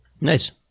nice